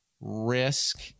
risk